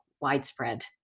widespread